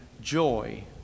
joy